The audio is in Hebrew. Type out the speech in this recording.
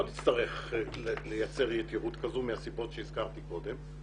לא נצטרך לייצר יתירות כזו מהסיבות שהזכרתי קודם.